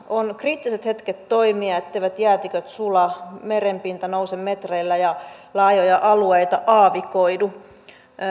on kriittiset hetket toimia etteivät jäätiköt sula merenpinta nouse metreillä ja laajoja alueita aavikoidu